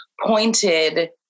pointed